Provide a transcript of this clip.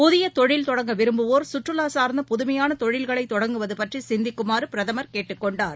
புதியதொழில் தொடங்க விரும்புவோர்சுற்றுலாசார்ந்த புதுமையானதொழில்களைத் தொடங்குவதுபற்றிசிந்திக்குமாறுபிரதமர் கேட்டுக் கொண்டார்